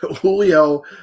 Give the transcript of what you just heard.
Julio